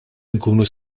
inkunu